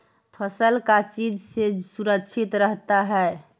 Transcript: फसल का चीज से सुरक्षित रहता है?